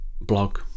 blog